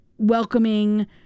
welcoming